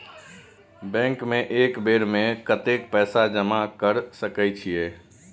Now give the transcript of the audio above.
Bank में एक बेर में कतेक पैसा जमा कर सके छीये?